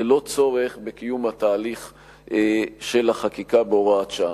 ללא צורך בקיום התהליך של החקיקה בהוראת שעה.